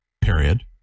period